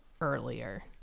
earlier